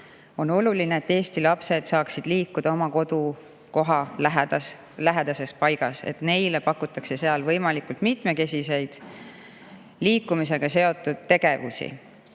on see, et Eesti lapsed saaksid liikuda oma kodukoha lähedases paigas, et neile pakutakse seal võimalikult mitmekesiseid liikumisega seotud tegevusi.